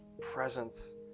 presence